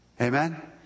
Amen